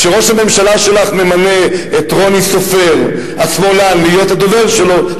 כשראש הממשלה שלך ממנה את רוני סופר השמאלן להיות הדובר שלו,